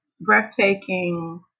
breathtaking